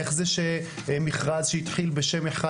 איך זה שמכרז שהתחיל בשם אחד,